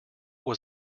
was